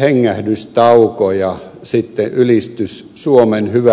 hengähdystauko ja sitten ylistys suomen hyväksi